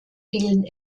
vielen